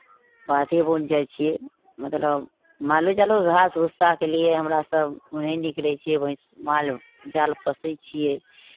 बाधे वन जाइ छियै मतलब मालो जालो घास भुस्साके लिए हमरासभ ओन्नऽ निकलै छियै भैँस माल जाल पोसै छियै